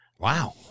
Wow